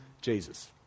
Jesus